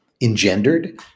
engendered